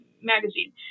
magazine